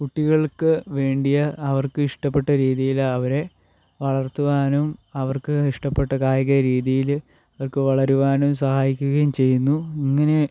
കുട്ടികൾക്ക് വേണ്ടിയുള്ള അവർക്ക് ഇഷ്ടപ്പെട്ട രീതിയിൽ അവരെ വളർത്തുവാനും അവർക്ക് ഇഷ്ടപ്പെട്ട കായിക രീതിയിൽ അവർക്ക് വളരുവാനും സഹായിക്കുകയും ചെയ്യുന്നു അങ്ങനെ